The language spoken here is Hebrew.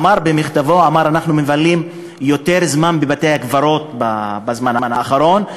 אמר במכתבו: אנחנו מבלים יותר זמן בבתי-הקברות בזמן האחרון,